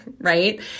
Right